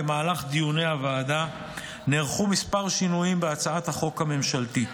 במהלך דיוני הוועדה נערכו כמה שינויים בהצעת החוק הממשלתית.